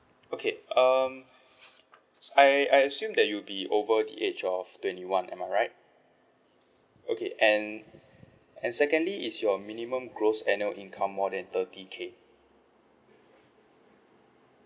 okay um I I assume that you be over the age of twenty one am I right okay and and secondly is your minimum gross annual income more than thirty K